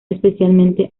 especialmente